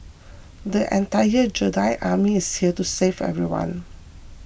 an entire Jedi Army is here to save everyone